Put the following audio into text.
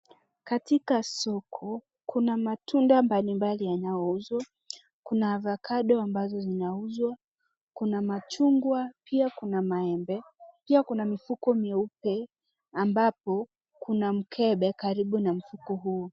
Katika soko kuna matunda mbalimbali yanayouzwa. Kuna avocado ambazo zinauzwa. Kuna machungwa. Pia kuna maembe. Pia kuna mifuko mieupe ambapo kuna mkebe karibu na mfuko huo.